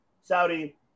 Saudi